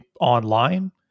online